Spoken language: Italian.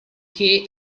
che